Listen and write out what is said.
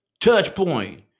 Touchpoint